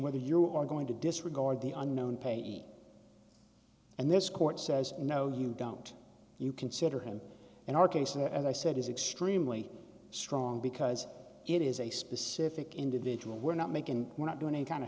whether you are going to disregard the unknown payee and this court says no you don't you consider him in our case and as i said is extremely strong because it is a specific individual we're not making we're not doing a kind of